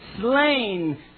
slain